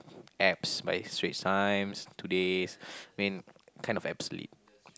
apps by Straits Times Todays I mean kind of obsolete